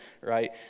right